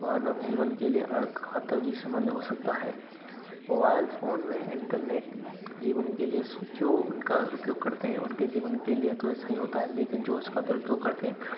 मानव जीवन के लिए घातक भी हो सकता है मोबाइल फोन में इंटरनेट जीवन के लिए जो उनका उपयोग करते हैं उनके जीवन के लिए तो सही होता है लेकिन जो उसका दुरूपयोग करते हैं